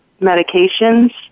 medications